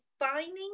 Defining